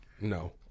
No